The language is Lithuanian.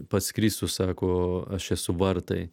pats kristus sako aš esu vartai